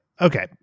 okay